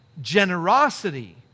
Generosity